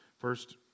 first